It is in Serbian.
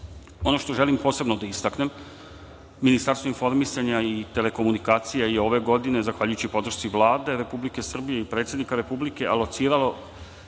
što želim posebno da istaknem, Ministarstvo informisanja i telekomunikacija je ove godine, zahvaljujući podršci Vlade Republike Srbije i predsednika Republike, alociralo